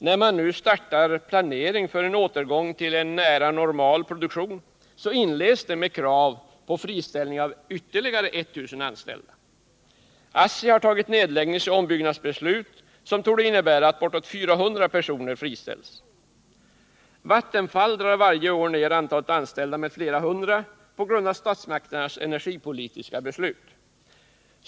När man nu startar planeringen för återgången till en nära normal produktion, inleds den med krav på friställning av ytterligare 1000 anställda. ASSTI har tagit nedläggningsoch ombyggnadsbeslut som torde innebära att bortåt 400 personer friställs. Vattenfall drar varje år ner antalet anställda med flera hundra, på grund av statsmakternas energipolitiska beslut.